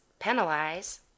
penalize